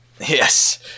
Yes